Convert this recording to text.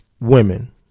women